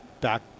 back